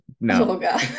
No